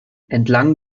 entlang